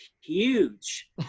huge